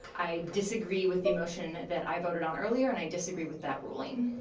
i disagree with the motion that i voted on earlier and i disagree with that ruling.